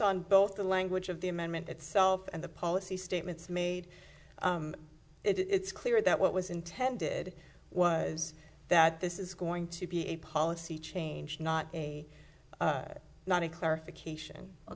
on both the language of the amendment itself and the policy statements made it's clear that what was intended was that this is going to be a policy change not a not a clarification